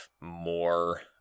more